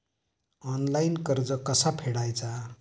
Online कर्ज कसा फेडायचा?